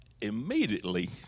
Immediately